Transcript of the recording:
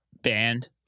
band